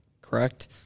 correct